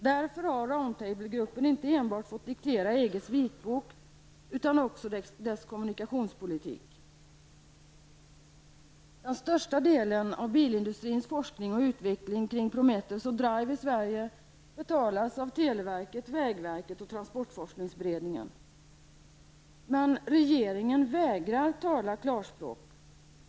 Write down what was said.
Därför har Round Tablegruppen inte enbart fått diktera EGs vitbok, utan också dess kommunikationspolitik. Den största delen av bilindustrins forskning och utveckling kring Prometheus och Drive i Sverige betalas av televerket, vägverket och Transportforskningsberedningen. Men regeringen vägrar tala klarspråk.